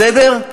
בסדר?